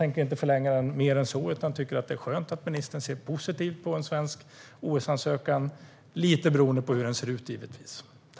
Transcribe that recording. Det är skönt att ministern ser positivt på en svensk OS-ansökan, givetvis lite beroende på hur den ser ut.